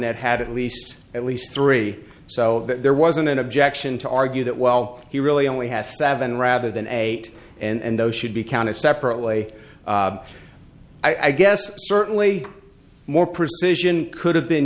that had at least at least three so that there wasn't an objection to argue that well he really only has seven rather than eight and those should be counted separately i guess certainly more precision could have been